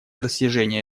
достижения